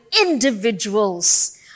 individuals